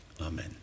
Amen